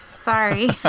Sorry